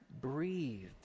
breathed